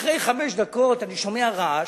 אחרי חמש דקות אני שומע רעש,